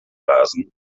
rasen